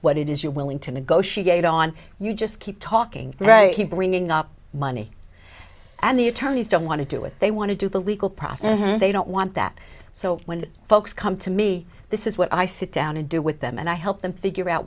what it is you're willing to negotiate on you just keep talking right keep bringing up money and the attorneys don't want to do it they want to do the legal process and they don't want that so when folks come to me this is what i sit down to do with them and i help them figure out